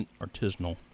Artisanal